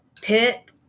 pit